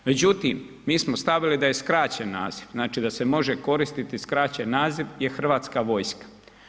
Međutim mi smo stavili da je skraćen naziv, znači da se može koristiti skraćen naziv je Hrvatska vojska.